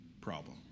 problem